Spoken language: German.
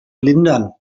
lindern